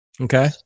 Okay